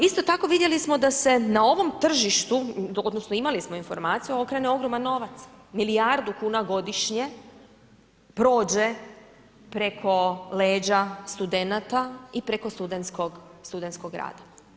Isto tako, vidjeli smo da se na ovom tržištu, odnosno imali smo informaciju, okrene ogroman novac, milijardu kuna godišnje prođe preko leđa studenata i preko studentskog rada.